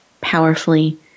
powerfully